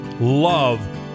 love